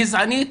גזענית,